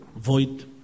Void